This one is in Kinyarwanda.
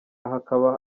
hakaba